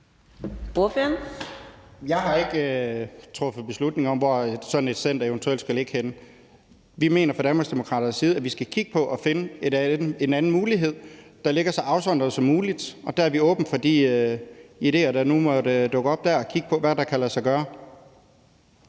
Jeg har ikke truffet beslutning om, hvor sådan et center eventuelt skal ligge henne. Vi mener fra Danmarksdemokraternes side, at vi skal kigge på at finde en anden mulighed, der ligger så afsondret som muligt, og der er vi åbne for de idéer, der nu måtte dukke op der, og for at kigge på, hvad der kan lade sig gøre.